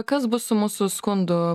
kas bus su mūsų skundu